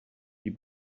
die